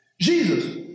Jesus